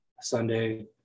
Sunday